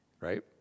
right